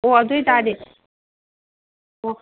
ꯑꯣ ꯑꯗꯨ ꯑꯣꯏꯇꯥꯔꯗꯤ ꯑꯣ